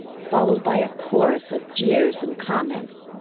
followed by a chorus of jeers and comments.